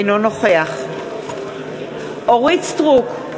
אינו נוכח אוריק סטרוק,